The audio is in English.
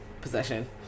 Possession